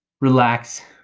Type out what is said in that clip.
relax